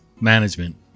management